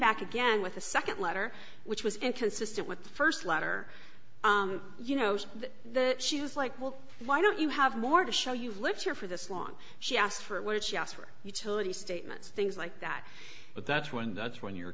back again with a nd letter which was inconsistent with the st letter you know that she was like well why don't you have more to show you've lived here for this long she asked for what she asked for utility statements things like that but that's when that's when your